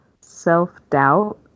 self-doubt